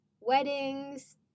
weddings